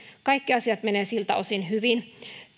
kaikki asiat menevät siltä osin hyvin